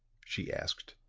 she asked.